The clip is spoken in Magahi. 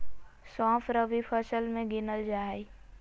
सौंफ रबी फसल मे गिनल जा हय